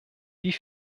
die